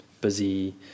busy